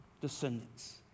descendants